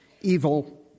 evil